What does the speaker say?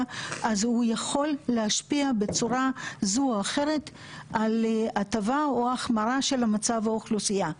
הוא יכול להשפיע בצורה זו או אחרת על הטבה או החמרה של מצב האוכלוסייה.